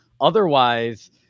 otherwise